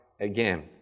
again